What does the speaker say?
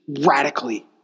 radically